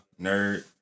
nerd